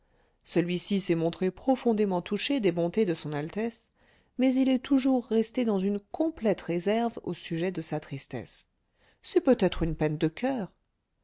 celui-ci s'est montré profondément touché des bontés de son altesse mais il est toujours resté dans une complète réserve au sujet de sa tristesse c'est peut-être une peine de coeur